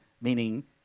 meaning